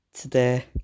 today